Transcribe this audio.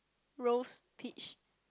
rose peach